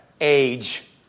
age